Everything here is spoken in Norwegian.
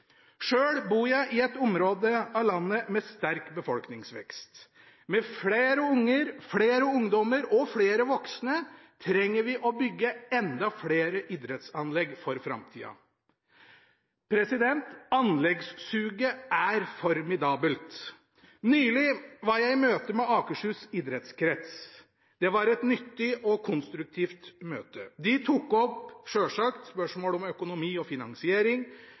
Sjøl bor jeg i et område av landet med sterk befolkningsvekst. Med flere unger, flere ungdommer og flere voksne trenger vi å bygge enda flere idrettsanlegg for framtida. Anleggssuget er formidabelt. Nylig var jeg i møte med Akershus idrettskrets. Det var et nyttig og konstruktivt møte. De tok opp, sjølsagt, spørsmål om økonomi, finansiering og